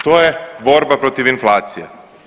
To je borba protiv inflacije.